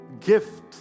gift